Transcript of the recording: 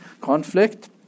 conflict